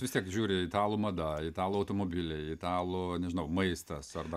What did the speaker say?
vis tiek žiūri italų mada italų automobiliai italų nežinau maistas arba